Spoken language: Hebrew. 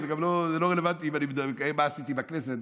אז זה גם לא רלוונטי מה עשיתי בכנסת.